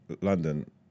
London